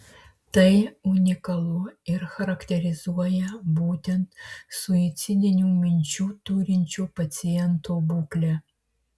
tai unikalu ir charakterizuoja būtent suicidinių minčių turinčio paciento būklę